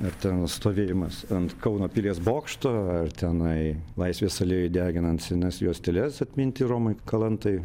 ar ten stovėjimas ant kauno pilies bokšto ar tenai laisvės alėjoj deginant senas juosteles atminti romui kalantai